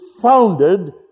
founded